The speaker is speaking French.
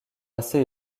assez